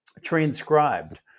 transcribed